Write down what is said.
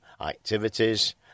activities